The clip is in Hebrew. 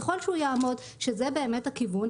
ככל שהוא יעמוד שזה באמת הכיוון,